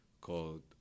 called